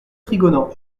trigonant